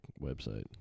website